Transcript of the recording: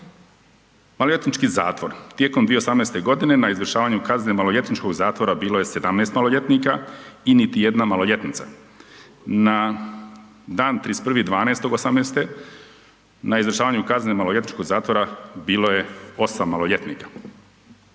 Maloljetnički zatvor, tijekom 2018. na izvršavanju kazne maloljetničkog zatvora bilo je 17 maloljetnika i niti jedna maloljetnica. Na dan 31.12.2018. na izvršavanju kazne maloljetničkog zatvora bilo je 8 maloljetnika.